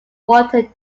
water